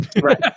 Right